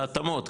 בהתאמות,